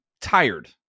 tired